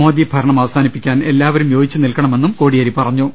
മോദി ഭരണം അവസാനിപ്പിക്കാൻ എല്ലാവരും യോജിച്ച് നിൽക്കണമെന്നും അദ്ദേഹം പറഞ്ഞു